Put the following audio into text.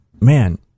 man